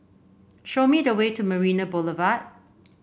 show me the way to Marina Boulevard